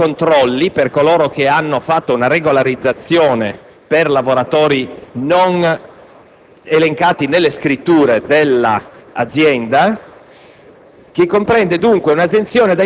la sospensione dei controlli per coloro che hanno regolarizzato i lavoratori non elencati nelle scritture dell’azienda.